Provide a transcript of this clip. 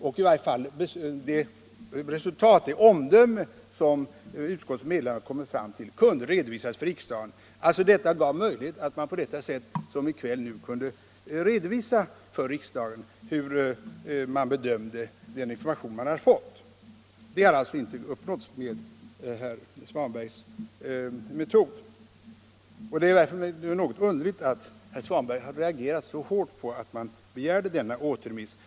I varje fall det resultat, det omdöme om informationen som utskottets ledamöter kommit fram till kan alltså redovisas här i kväll och vidare till svenska folket. Detta hade inte uppnåtts med herr Svanbergs metod, och det är verkligen underligt att herr Svanberg har reagerat så hårt mot att vi begärde denna återremiss.